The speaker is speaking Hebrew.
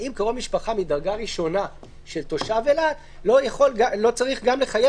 האם קרוב משפחה מדרגה ראשונה של תושב אילת לא צריך גם לחייב